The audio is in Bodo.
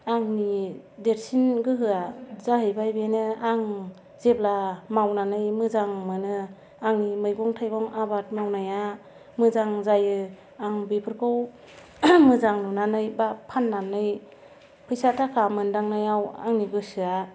आंनि देरसिन गोहोआ जाहैबाय बेनो आं जेब्ला मावनानै मोजां मोनो आंनि मैगं थाइगं आबाद मावनाया मोजां जायो आं बेफोरखौ मोजां नुनानै बा फान्नानै फैसा थाखा मोनदांनायाव आंनि गोसोआ